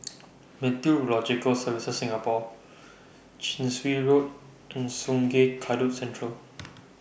Meteorological Services Singapore Chin Swee Road and Sungei Kadut Central